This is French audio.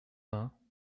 vingts